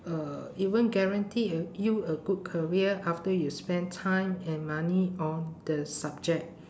uh it won't guarantee a you a good career after you spend time and money on the subject